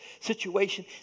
situation